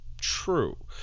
True